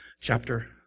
Chapter